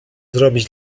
zrobić